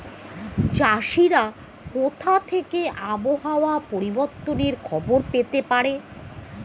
চাষিরা কোথা থেকে আবহাওয়া পরিবর্তনের খবর পেতে পারে?